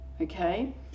Okay